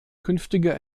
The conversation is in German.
künftige